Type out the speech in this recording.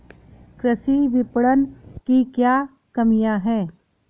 कृषि विपणन की क्या कमियाँ हैं?